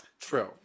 True